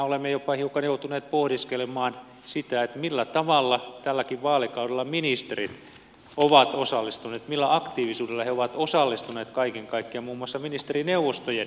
olemme jopa hiukan joutuneet pohdiskelemaan sitä millä tavalla tälläkin vaalikaudella ministerit ovat osallistuneet millä aktiivisuudella he ovat osallistuneet kaiken kaikkiaan muun muassa ministerineuvostojen kokouksiin